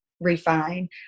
Refine